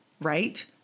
Right